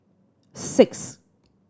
six